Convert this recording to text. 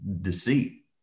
deceit